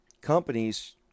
companies